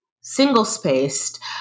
single-spaced